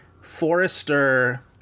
Forrester